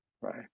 right